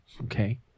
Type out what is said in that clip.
Okay